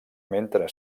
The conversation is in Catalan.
mentre